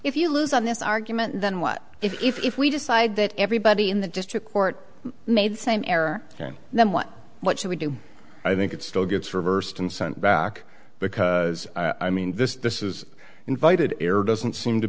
if you lose on this argument then what if we decide that everybody in the district court made same error then what what should we do i think it still gets reversed and sent back because i mean this this is invited air doesn't seem to